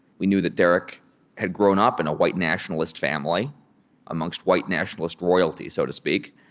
we knew that derek had grown up in a white nationalist family amongst white nationalist royalty, so to speak,